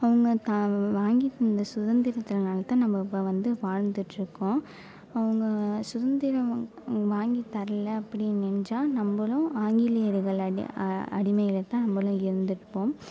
அவங்க தாவ் வாங்கித் தந்த சுதந்திரத்தினால்தான் நம்ம இப்போ வந்து வாழ்ந்துட்டு இருக்கோம் அவங்க சுதந்திரம் வாங்கித் தரல அப்படின்னு நினைச்சா நம்மளும் ஆங்கிலேயர்களை அடி அடிமையில்தான் நம்மளும் இருந்திருப்போம்